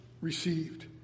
received